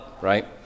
right